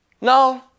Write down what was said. No